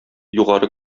югары